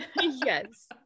yes